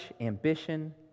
ambition